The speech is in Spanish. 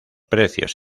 precios